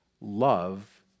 love